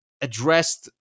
addressed